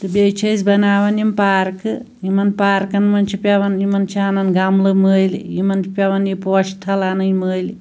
تہٕ بیٚیہِ چھِ أسۍ بَناوان یِم پارکہٕ یِمَن پارکَن منٛز چھُ پیٚوان یِمَن چھِ اَنان گَملہٕ مٔلۍ یِمَن چھُ پیٚوان یہِ پوشہٕ تھل اَنٕنی مٔلۍ